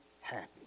happy